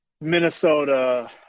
Minnesota